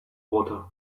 water